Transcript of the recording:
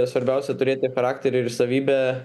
svarbiausia turėti charakterį ir savybę